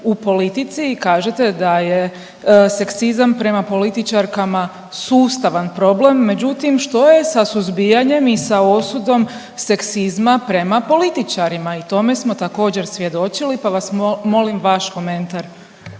u politici i kažete da je seksizam prema političarkama sustavan problem, međutim što je sa suzbijanjem i sa osudom seksizma prema političarima. I tome smo također svjedočili pa vas molim vaš komentar.